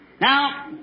Now